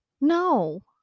no